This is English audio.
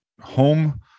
home